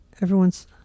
Everyone's